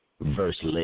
verse